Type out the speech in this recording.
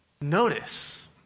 notice